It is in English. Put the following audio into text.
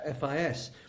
FIS